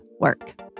Work